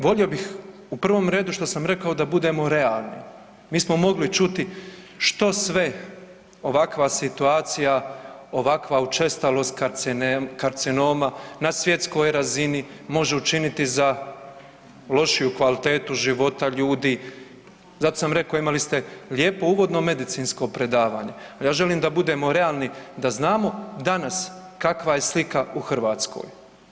Volio bih u prvom redu što sam rekao da budemo realni, mi smo mogli čuti što sve ovakva situacija, ovakva učestalost karcinoma na svjetskoj razini može učiniti za lošiju kvalitetu života ljudi, zato sam rekao imali ste lijepo uvodno medicinsko predavanje, al ja želim da budemo realni da znamo danas kakva je slika u Hrvatskoj.